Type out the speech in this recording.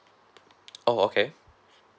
oh okay